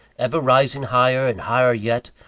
ever rising higher and higher yet,